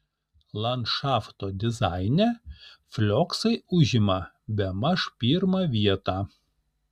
landšafto dizaine flioksai užima bemaž pirmą vietą